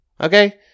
Okay